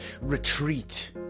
Retreat